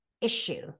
issue